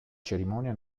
cerimonia